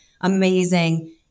amazing